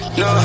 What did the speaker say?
no